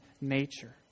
nature